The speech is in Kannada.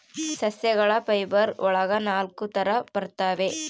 ಸಸ್ಯಗಳ ಫೈಬರ್ ಒಳಗ ನಾಲಕ್ಕು ತರ ಬರ್ತವೆ